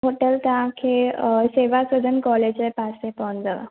hotel तव्हां खे Seva Sadan college जे पासे पवंदव